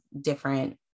different